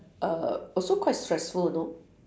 err also quite stressful know